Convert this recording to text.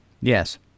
Yes